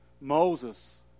Moses